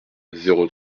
zéro